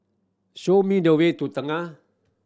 show me the way to Tengah